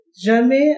jamais